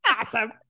awesome